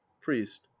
priest